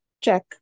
Check